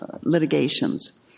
litigations